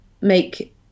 make